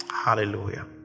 hallelujah